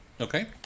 Okay